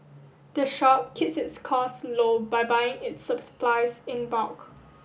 the shop keeps its costs low by buying its in bulk